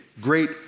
great